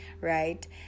right